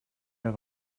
mehr